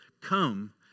come